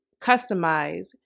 customize